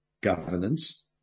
governance